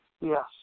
Yes